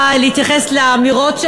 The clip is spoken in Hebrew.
ועדת הפנים,